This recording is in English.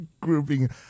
grouping